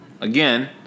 again